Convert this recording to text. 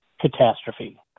catastrophe